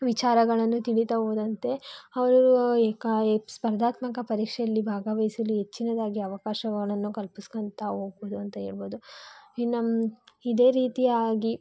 ವಿಚಾರಗಳನ್ನು ತಿಳೀತಾ ಹೋದಂತೆ ಅವರು ಈ ಕಾ ಈ ಸ್ಪರ್ಧಾತ್ಮಕ ಪರೀಕ್ಷೆಯಲ್ಲಿ ಭಾಗವಹಿಸಲು ಹೆಚ್ಚಿನದಾಗಿ ಅವಕಾಶಗಳನ್ನು ಕಲ್ಪಸ್ಕಂತ ಹೋಗ್ಬೊದು ಅಂತ ಹೇಳ್ಬೊದು ಇನ್ನು ಇದೇ ರೀತಿಯಾಗಿ